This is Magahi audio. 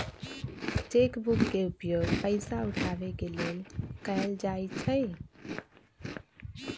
चेक बुक के उपयोग पइसा उठाबे के लेल कएल जाइ छइ